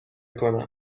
کنم